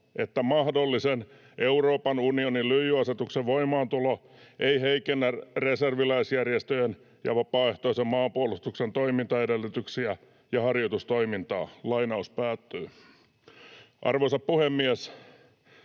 että mahdollisen Euroopan unionin lyijyasetuksen voimaantulo ei heikennä reserviläisjärjestöjen ja vapaaehtoisen maanpuolustuksen toimintaedellytyksiä ja harjoitustoimintaa.” Arvoisa puhemies!